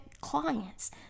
clients